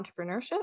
entrepreneurship